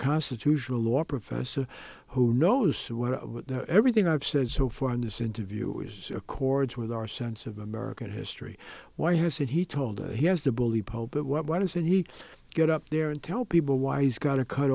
constitutional law professor who knows what everything i've said so far in this interview was accords with our sense of american history why hasn't he told us he has the bully pulpit what why doesn't he get up there and tell people why he's got to cut